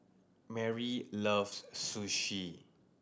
Merri loves Sushi